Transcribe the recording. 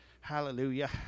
Hallelujah